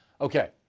Okay